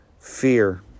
fear